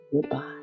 goodbye